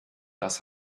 das